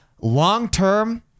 Long-term